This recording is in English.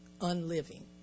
unliving